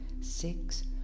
six